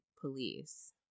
police